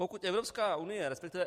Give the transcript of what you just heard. Pokud Evropská unie, resp.